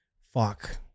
Fuck